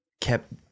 kept